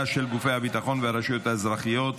של גופי הביטחון והרשויות האזרחיות,